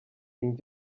king